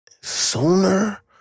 sooner